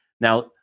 Now